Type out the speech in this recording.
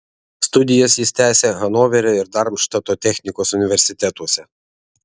studijas jis tęsė hanoverio ir darmštato technikos universitetuose